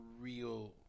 real